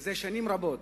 זה שנים רבות,